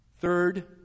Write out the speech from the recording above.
Third